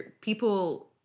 people